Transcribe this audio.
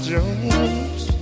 Jones